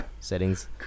settings